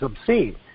obscene